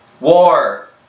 War